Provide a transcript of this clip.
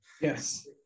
Yes